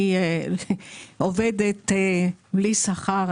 אני עובדת בלי שכר,